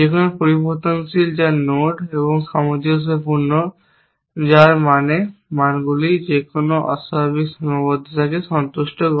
যে কোনও পরিবর্তনশীল যা নোড সামঞ্জস্যপূর্ণ যার মানে মানগুলি যে কোনও অস্বাভাবিক সীমাবদ্ধতাকে সন্তুষ্ট করে